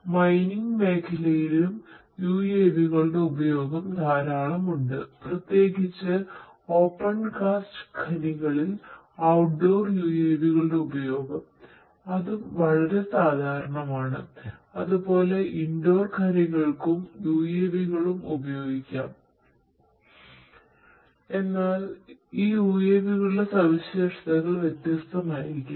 mining ഉപയോഗിക്കാംഎന്നാൽ ഈ UAV കളുടെ സവിശേഷതകൾ വ്യത്യസ്തമായിരിക്കും